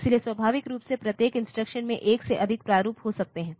इसलिए स्वाभाविक रूप से प्रत्येक इंस्ट्रक्शंस में एक से अधिक प्रारूप हो सकते हैं